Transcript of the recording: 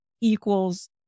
equals